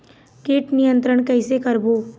कीट नियंत्रण कइसे करबो?